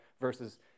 versus